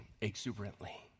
exuberantly